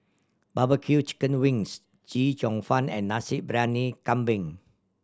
barbecue chicken wings Chee Cheong Fun and Nasi Briyani Kambing